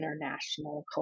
international